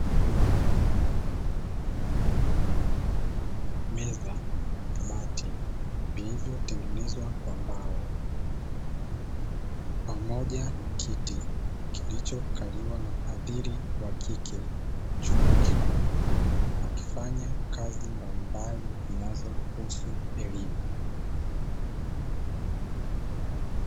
Meza, kabati vilivyotengenezwa kwa mbao pamoja na kiti kilichokaliwa na mhadhiri wa kike wa chuo kikuu, akifanya kazi mbalimbali zinazohusu elimu.